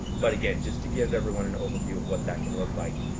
but again, just to give everyone an overview of what that can look like.